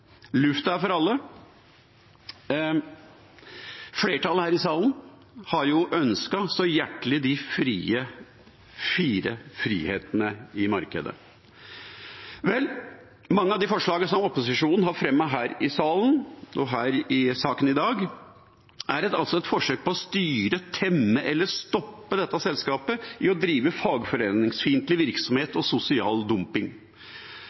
Lufta er for alle. Flertallet her i salen har så hjertelig ønsket de fire frihetene i markedet, men mange av de forslagene som opposisjonen har fremmet her i salen og i forbindelse med saken her i dag, er et forsøk på å styre, temme eller stoppe dette selskapet i å drive fagforeningsfiendtlig virksomhet og sosial dumping.